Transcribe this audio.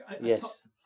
Yes